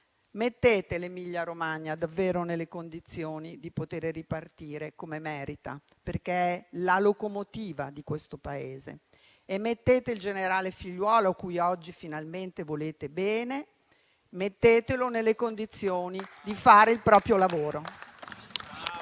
mettete l'Emilia-Romagna davvero nelle condizioni di poter ripartire come merita perché è la locomotiva di questo Paese e mettete il generale Figliuolo, cui oggi finalmente volete bene, nelle condizioni di fare il proprio lavoro.